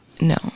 No